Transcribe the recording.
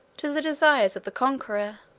to the desires of the conqueror,